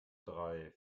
drei